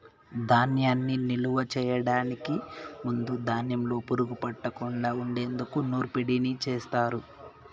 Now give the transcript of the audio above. ధాన్యాన్ని నిలువ చేయటానికి ముందు ధాన్యంలో పురుగు పట్టకుండా ఉండేందుకు నూర్పిడిని చేస్తారు